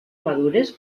madures